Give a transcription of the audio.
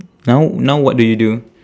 now now what do you do